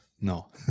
No